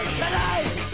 tonight